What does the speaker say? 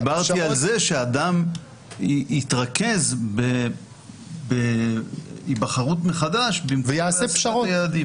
דיברתי על כך שאדם יתרכז בהיבחרות מחדש במקום להשגת היעדים.